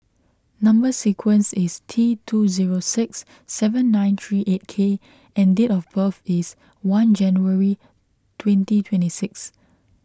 Number Sequence is T two zero six seven nine three eight K and date of birth is one January twenty twenty six